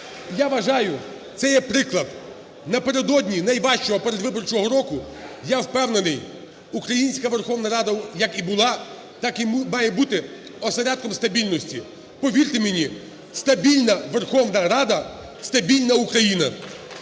Я вважаю, це є приклад напередодні найважчого передвиборчого року. Я впевнений, українська Верховна Рада як і була, так і має бути осередком стабільності. Повірте мені, стабільна Верховна Рада – стабільна Україна.